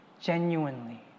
genuinely